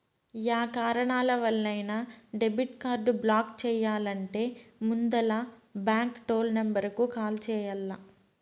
yeah కారణాలవల్లైనా debit card block చెయ్యాలంటే ముందల బాంకు టోల్ నెంబరుకు కాల్ చెయ్యాల్ల